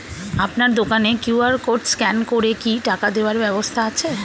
আপনার দোকানে QR code scan করে কি টাকা দেওয়ার ব্যবস্থা আছে?